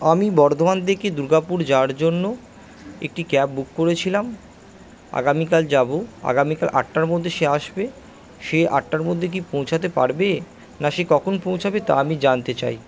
আমি বর্ধমান থেকে দুর্গাপুর যাওয়ার জন্য একটি ক্যাব বুক করেছিলাম আগামীকাল যাব আগামীকাল আটটার মধ্যে সে আসবে সে আটটার মধ্যে কি পৌঁছাতে পারবে না সে কখন পৌঁছাবে তা আমি জানতে চাই